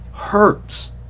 hurts